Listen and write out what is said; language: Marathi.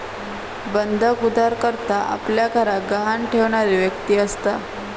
बंधक उधारकर्ता आपल्या घराक गहाण ठेवणारी व्यक्ती असता